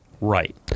right